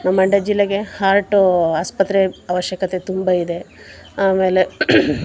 ನಮ್ಮ ಮಂಡ್ಯ ಜಿಲ್ಲೆಗೆ ಹಾರ್ಟು ಆಸ್ಪತ್ರೆ ಅವಶ್ಯಕತೆ ತುಂಬ ಇದೆ ಆಮೇಲೆ